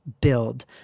build